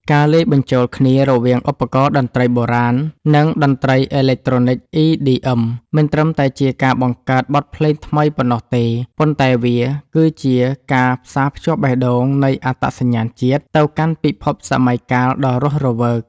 ការលាយបញ្ចូលគ្នារវាងឧបករណ៍តន្ត្រីបុរាណ និងតន្ត្រីអេឡិចត្រូនិក EDM មិនត្រឹមតែជាការបង្កើតបទភ្លេងថ្មីប៉ុណ្ណោះទេ ប៉ុន្តែវាគឺជាការផ្សារភ្ជាប់បេះដូងនៃអត្តសញ្ញាណជាតិ ទៅកាន់ពិភពសម័យកាលដ៏រស់រវើក។